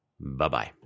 Bye-bye